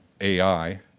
AI